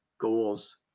goals